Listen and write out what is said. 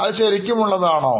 അത് ശരിക്കുംഉള്ളതാണോ